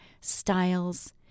styles